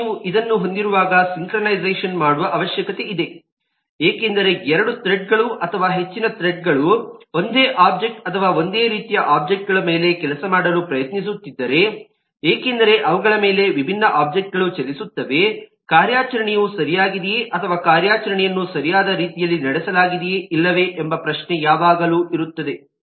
ಮತ್ತು ನೀವು ಇದನ್ನು ಹೊಂದಿರುವಾಗ ಸಿಂಕ್ರೊನೈಝೆಶನ್ ಮಾಡುವ ಅವಶ್ಯಕತೆಯಿದೆ ಏಕೆಂದರೆ ಎರಡು ಥ್ರೆಡ್ಗಳು ಅಥವಾ ಹೆಚ್ಚಿನ ಥ್ರೆಡ್ ಗಳು ಒಂದೇ ಒಬ್ಜೆಕ್ಟ್ ಅಥವಾ ಒಂದೇ ರೀತಿಯ ಒಬ್ಜೆಕ್ಟ್ಗಳು ಮೇಲೆ ಕೆಲಸ ಮಾಡಲು ಪ್ರಯತ್ನಿಸುತ್ತಿದ್ದರೆ ಏಕೆಂದರೆ ಅವುಗಳ ಮೇಲೆ ವಿಭಿನ್ನ ಒಬ್ಜೆಕ್ಟ್ಗಳು ಚಲಿಸುತ್ತವೆ ಕಾರ್ಯಾಚರಣೆಯು ಸರಿಯಾಗಿದೆಯೇ ಅಥವಾ ಕಾರ್ಯಾಚರಣೆಯನ್ನು ಸರಿಯಾದ ರೀತಿಯಲ್ಲಿ ನಡೆಸಲಾಗಿದೆಯೆ ಇಲ್ಲವೇ ಎಂಬ ಪ್ರಶ್ನೆ ಯಾವಾಗಲೂ ಇರುತ್ತದೆ